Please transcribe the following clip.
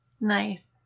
Nice